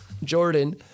Jordan